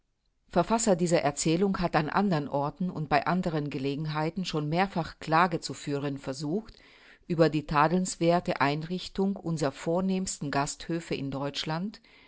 verfasser dieser erzählung hat an andern orten und bei andern gelegenheiten schon mehrfach klage zu führen versucht über die tadelnswerthe einrichtung unserer vornehmsten gasthöfe in deutschland